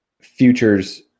futures